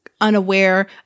unaware